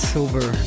Silver